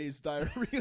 diarrhea